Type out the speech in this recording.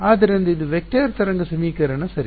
ಆದ್ದರಿಂದ ಇದು ವೆಕ್ಟರ್ ತರಂಗ ಸಮೀಕರಣ ಸರಿ